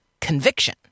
conviction